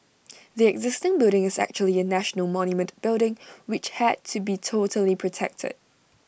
the existing building is actually A national monument building which had to be totally protected